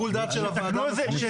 שיתקנו את זה בתוכנית.